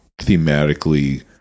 thematically